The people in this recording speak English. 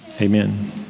amen